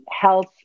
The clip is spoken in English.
health